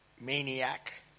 maniac